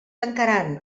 tancaran